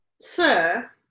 sir